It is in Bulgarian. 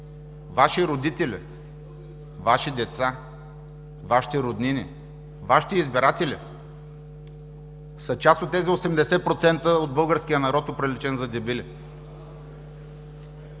Вашите родители, Вашите деца, Вашите роднини, Вашите избиратели са част от тези 80% от българския народ, оприличени за дебили.